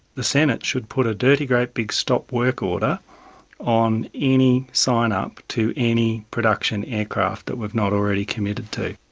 the senate should put a dirty great big stop work order on any sign-up to any production aircraft that we've not already committed to.